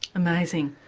amazing.